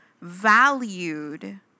valued